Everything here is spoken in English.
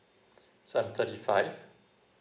seven thirty five